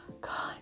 God